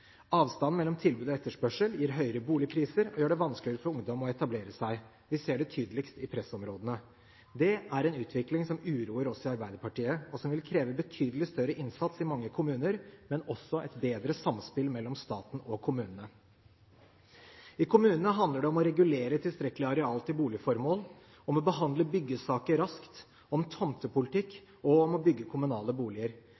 Avstanden mellom tilbud og etterspørsel gir høyere boligpriser og gjør det vanskeligere for ungdom å etablere seg. Vi ser det tydeligst i pressområdene. Det er en utvikling som uroer oss i Arbeiderpartiet, og som vil kreve betydelig større innsats i mange kommuner, men også et bedre samspill mellom staten og kommunene. I kommunene handler det om å regulere tilstrekkelig areal til boligformål, om å behandle byggesaker raskt, om